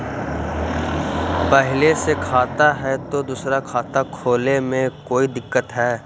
पहले से खाता है तो दूसरा खाता खोले में कोई दिक्कत है?